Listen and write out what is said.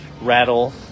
rattle